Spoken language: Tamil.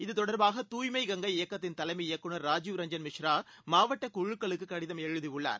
இது தொடர்பாக தூய்மை கங்கை இயக்கத்தின் தலைமை இயக்குநர் ராஜீவ் ரஞ்சன் மிஸ்ரா மாவட்ட குழுக்களுக்கு கடிதம் எழுதியுள்ளார்